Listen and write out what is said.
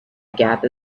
gap